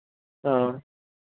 हाँ